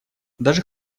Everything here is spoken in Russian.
даже